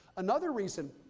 another reason,